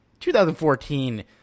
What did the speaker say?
2014